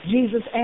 Jesus